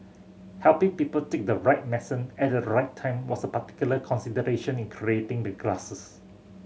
helping people take the right at the right time was a particular consideration in creating the glasses